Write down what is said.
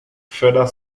further